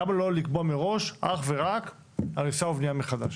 למה לא לקבוע מראש אך ורק הריסה ובנייה מחדש?